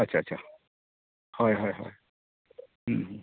ᱟᱪᱪᱷᱟ ᱟᱪᱪᱷᱟ ᱦᱳᱭ ᱦᱳᱭ ᱦᱮᱸ ᱦᱮᱸ